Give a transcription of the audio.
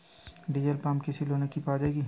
Diesel pump কৃষি লোনে কি পাওয়া য়ায়?